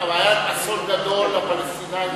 זה היה אסון גדול לפלסטינים.